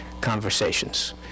conversations